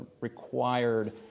required